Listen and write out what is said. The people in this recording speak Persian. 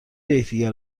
یکدیگر